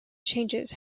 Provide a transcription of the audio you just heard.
changes